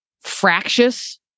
fractious